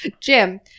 Jim